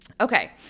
okay